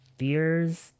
fears